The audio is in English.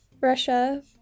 russia